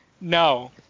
no